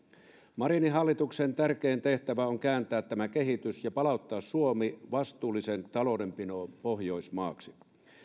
marinin hallituksen tärkein tehtävä on kääntää tämä kehitys ja palauttaa suomi vastuullisen taloudenpidon pohjoismaaksi